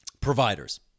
providers